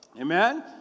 Amen